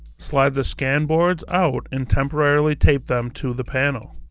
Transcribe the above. slide the scan boards out and temporarily tape them to the panel.